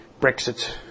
Brexit